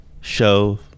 show